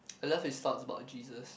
I love his thoughts about Jesus